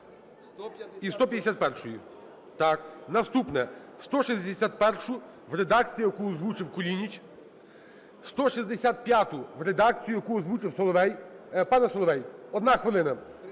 І 151-ї. Так, наступне, 161-у – в редакції, яку озвучив Кулініч. 165-у – в редакції, яку озвучив Соловей. Пане Соловей, одна хвилина,